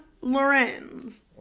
Lorenz